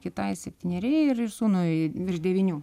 kitai septyneri ir ir sūnui virš devynių